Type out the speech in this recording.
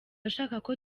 ashaka